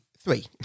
three